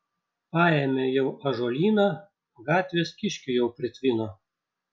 paėmė jau ąžuolyną gatvės kiškių jau pritvino